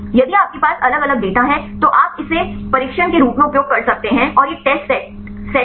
यदि आपके पास अलग अलग डेटा है तो आप इसे प्रशिक्षण के रूप में उपयोग कर सकते हैं और ये टेस्टसेटसेट हैं